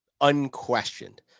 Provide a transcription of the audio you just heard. Unquestioned